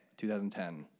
2010